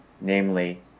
namely